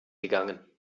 gegangen